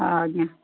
ଆଜ୍ଞା